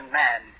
man